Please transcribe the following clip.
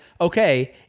okay